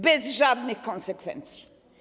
Bez żadnych konsekwencji.